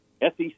SEC